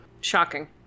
Shocking